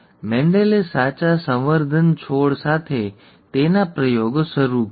મેન્ડલે સાચા સંવર્ધન છોડ સાથે તેના પ્રયોગો શરૂ કર્યા